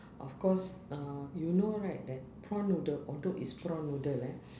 of course uh you know right that prawn noodle although it's prawn noodle eh